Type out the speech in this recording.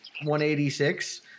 186